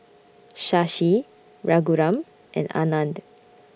Shashi Raghuram and Anand